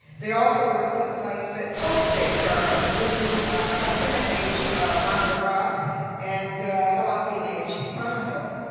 they also worked at sites that post-date jarmo including hassuna-age matarrah and halafian-age banahilk.